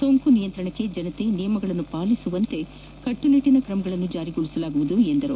ಸೋಂಕು ನಿಯಂತ್ರಣಕ್ಕೆ ಜನತೆ ನಿಯಮಗಳನ್ನು ಪಾಲಿಸುವಂತೆ ಕಟ್ಟುನಿಟ್ಟನ ಕ್ರಮಗಳನ್ನು ಜಾರಿಗೊಳಿಸಲಾಗುವುದು ಎಂದರು